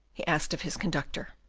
he asked of his conductor.